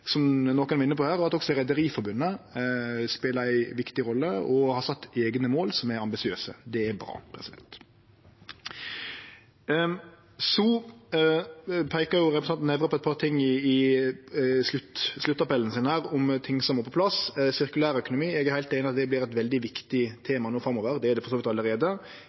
Rederiforbundet spelar ei viktig rolle og har sett eigne mål som er ambisiøse. Det er bra. Så peikar representanten Nævra på eit par ting i sluttappellen sin om ting som må på plass. Når det gjeld sirkulærøkonomi, er eg heilt einig i at det vert eit veldig viktig tema no framover – det er det for så vidt allereie.